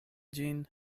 ĝin